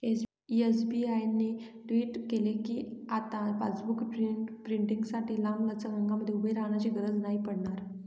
SBI ने tweet केल कीआता पासबुक प्रिंटींगसाठी लांबलचक रंगांमध्ये उभे राहण्याची गरज नाही पडणार